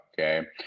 Okay